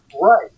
Right